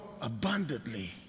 abundantly